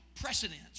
precedence